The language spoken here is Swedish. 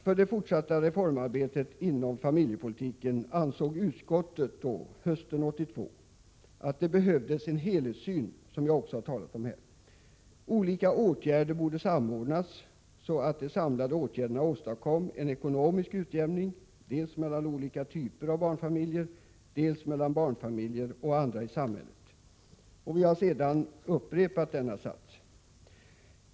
För det fortsatta reformarbetet inom familjepolitiken ansåg utskottet hösten 1982 att det behövdes en helhetssyn, vilket jag också här har understrukit. Olika åtgärder borde samordnas, så att de samlade åtgärderna kunde åstadkomma en ekonomisk utjämning, dels mellan olika typer av barnfamiljer, dels mellan barnfamiljer och andra i samhället. Vi har sedan upprepat denna sats.